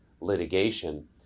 litigation